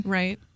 right